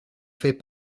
fait